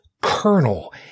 colonel